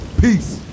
Peace